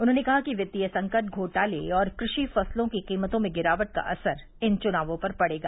उन्होंने कहा कि वित्तीय संकट घोटाले और कृषि फसलों की कीमतों में गिरावट का असर इन चुनावों पर पड़ेगा